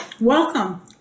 welcome